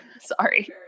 Sorry